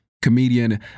Comedian